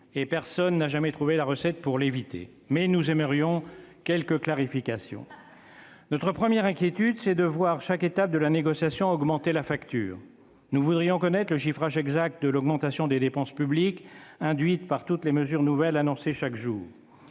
et personne n'a jamais trouvé la recette pour l'éviter. Nous aimerions donc quelques clarifications. Notre première inquiétude, c'est de voir chaque étape de la négociation augmenter la facture. Nous voudrions connaître le chiffrage exact de la hausse des dépenses publiques induite par toutes les mesures nouvelles annoncées chaque jour.